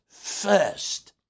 First